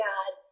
God